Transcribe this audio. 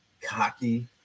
cocky